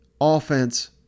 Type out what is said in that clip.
offense